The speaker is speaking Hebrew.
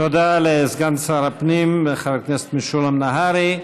תודה לסגן שר הפנים חבר הכנסת משולם נהרי.